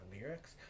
lyrics